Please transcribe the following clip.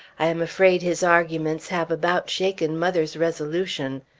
i am afraid his arguments have about shaken mother's resolution.